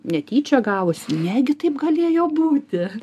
netyčia gavosi negi taip galėjo būti